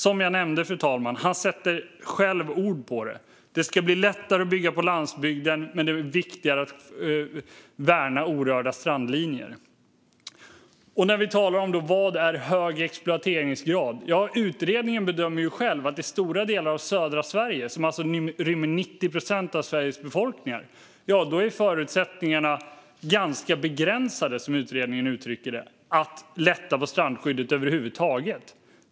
Som jag nämnde sätter statsrådet själv ord på detta: Det ska bli lättare att bygga på landsbygden, men det är viktigare att värna orörda strandlinjer. Vad är då hög exploateringsgrad? Utredningen bedömer att i stora delar av södra Sverige, som alltså rymmer 90 procent av Sveriges befolkning, är förutsättningarna ganska begränsade för att lätta på strandskyddet över huvud taget.